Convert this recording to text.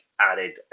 added